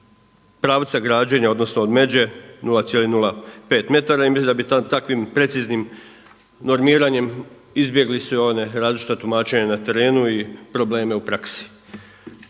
pravca građenja, odnosno od međe 0,05 m. Ja mislim da bi takvim preciznim normiranjem izbjegli sva ona različita tumačenja na terenu i probleme u praksi.